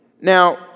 Now